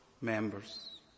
members